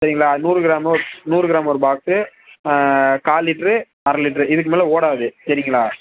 சரிங்களா நூறு கிராமில் ஒ நூறு கிராமு ஒரு பாக்ஸு கால் லிட்ரு அரை லிட்ரு இதுக்கு மேலே ஓடாது சரிங்களா